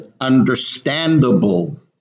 understandable